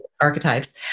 archetypes